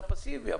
אני פסיבי.